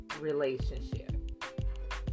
relationship